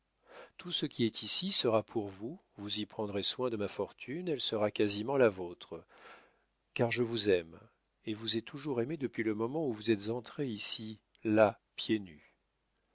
tout ce qui est ici sera pour vous vous y prendrez soin de ma fortune elle sera quasiment la vôtre car je vous aime et vous ai toujours aimée depuis le moment où vous êtes entrée ici là pieds nus